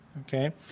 Okay